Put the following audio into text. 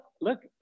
look